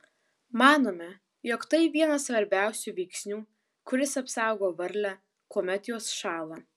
manome jog tai vienas svarbiausių veiksnių kuris apsaugo varlę kuomet jos šąla